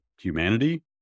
humanity